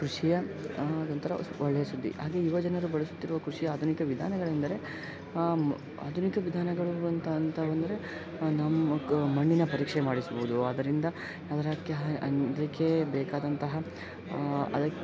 ಕೃಷಿಯ ಒಂಥರ ಒಳ್ಳೆಯ ಸುದ್ದಿ ಹಾಗೇ ಯುವಜನರು ಬಳಸುತ್ತಿರುವ ಕೃಷಿಯ ಆಧುನಿಕ ವಿಧಾನಗಳೆಂದರೆ ಆಧುನಿಕ ವಿಧಾನಗಳು ಅಂತ ಅಂತ ಬಂದರೆ ನಮ್ಮ ಕ್ ಮಣ್ಣಿನ ಪರೀಕ್ಷೆ ಮಾಡಿಸುವುದು ಅದರಿಂದ ಅದರ ಕ್ಯಾ ಅದಕ್ಕೆ ಬೇಕಾದಂತಹ ಅದಕ್ಕೆ